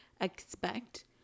expect